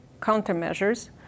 countermeasures